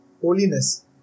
holiness